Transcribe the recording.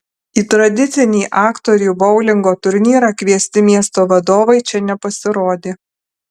į tradicinį aktorių boulingo turnyrą kviesti miesto vadovai čia nepasirodė